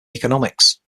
economics